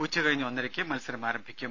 ഉച്ച കഴിഞ്ഞ് ഒന്നരക്ക് മത്സരം ആരംഭിക്കും